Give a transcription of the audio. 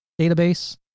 database